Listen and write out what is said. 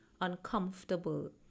uncomfortable